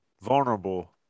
vulnerable